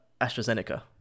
AstraZeneca